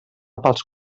pels